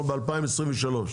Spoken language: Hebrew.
אנחנו ב-2023.